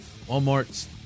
WalMarts